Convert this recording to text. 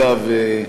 אגב,